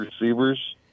receivers